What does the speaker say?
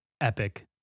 epic